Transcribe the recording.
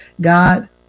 God